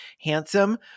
handsome